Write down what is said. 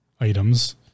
items